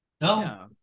No